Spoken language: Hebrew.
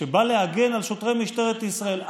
שבא להגן על שוטרי משטרת ישראל,